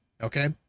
okay